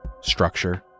structure